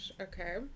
Okay